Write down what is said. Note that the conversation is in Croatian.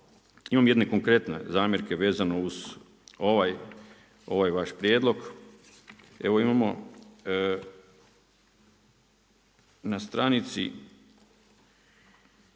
Imam jedne konkretne zamjerke vezano uz ovaj vaš prijedlog. Evo imamo na stranici